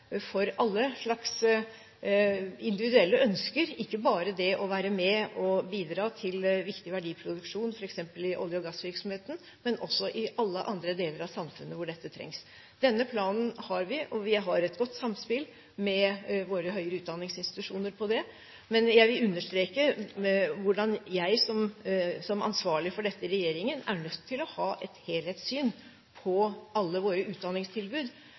individuelle ønsker – ikke bare det å være med og bidra til viktig verdiproduksjon f.eks. i olje- og gassvirksomheten, men også i alle andre deler av samfunnet hvor dette trengs. Denne planen har vi, og vi har her et godt samspill med våre høyere utdanningsinstitusjoner. Men jeg vil understreke hvordan jeg som ansvarlig for dette i regjeringen er nødt til å ha et helhetssyn på alle våre utdanningstilbud.